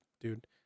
dude